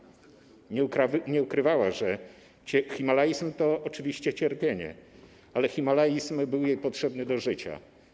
Nie ukrywała, że himalaizm to oczywiście cierpienie, ale himalaizm był jej potrzebny do życia.